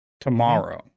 tomorrow